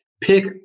Pick